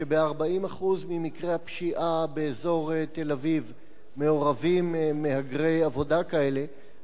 שב-40% ממקרי הפשיעה באזור תל-אביב מעורבים מהגרי עבודה כאלה,